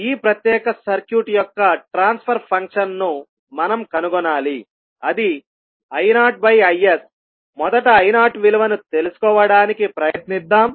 ఈ ప్రత్యేక సర్క్యూట్ యొక్క ట్రాన్స్ఫర్ ఫంక్షన్ ను మనం కనుగొనాలి అది I0Isమొదట I0 విలువను తెలుసుకోవడానికి ప్రయత్నిద్దాం